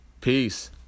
Peace